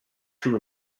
too